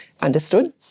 understood